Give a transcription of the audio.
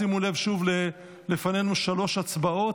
שימו לב שוב, לפנינו שלוש הצבעות.